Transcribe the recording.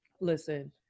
Listen